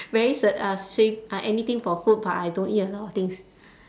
very s~ uh 随 uh anything for food but I don't eat a lot of things